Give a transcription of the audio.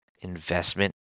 investment